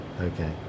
Okay